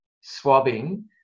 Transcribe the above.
swabbing